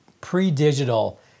pre-digital